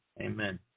Amen